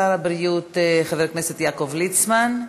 שר הבריאות חבר הכנסת יעקב ליצמן.